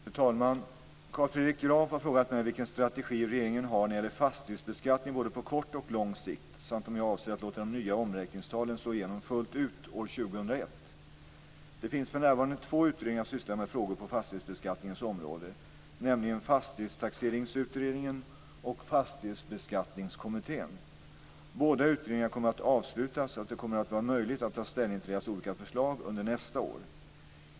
Fru talman! Carl Fredrik Graf har frågat mig vilken strategi regeringen har när det gäller fastighetsbeskattning både på kort och på lång sikt samt om jag avser att låta de nya omräkningstalen slå igenom fullt ut år 2001. Det finns för närvarande två utredningar som sysslar med frågor på fastighetsbeskattningens område, nämligen Fastighetstaxeringsutredningen och Fastighetsbeskattningskommittén. Båda utredningarna kommer att avslutas så att det kommer att vara möjligt att ta ställning till deras olika förslag under nästa år.